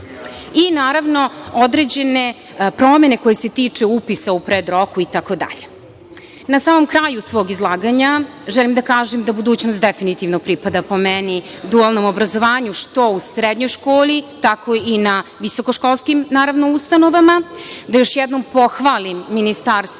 i, naravno, određene promene koje se tiču upisa u predroku itd. Na samom kraju svog izlaganja, želim da kažem da budućnost definitivno pripada, po meni, dualnom obrazovanju, što u srednjoj školi, tako i na visokoškolskim ustanovama, da još jednom pohvalim Ministarstvo